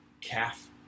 calf